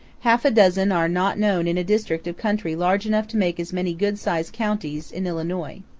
half a dozen are not known in a district of country large enough to make as many good-sized counties in illinois.